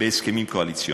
בהסכמים קואליציוניים.